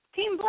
Team